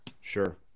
Sure